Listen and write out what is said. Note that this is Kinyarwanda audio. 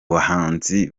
bahanzi